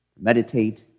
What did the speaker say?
meditate